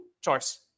choice